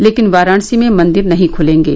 लेकिन वाराणसी में मंदिर नहीं खुलेंगे